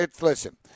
Listen